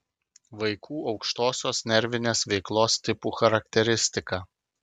vaikų aukštosios nervinės veiklos tipų charakteristika